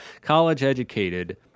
college-educated